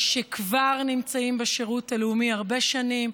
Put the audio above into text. שכבר נמצאים בשירות הלאומי הרבה שנים,